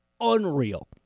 Unreal